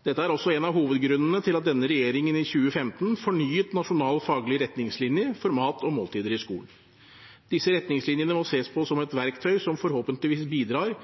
Dette er en av hovedgrunnene til at denne regjeringen i 2015 fornyet Nasjonal faglig retningslinje for mat og måltider i skolen. Disse retningslinjene må ses på som et verktøy som forhåpentligvis bidrar